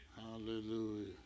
Hallelujah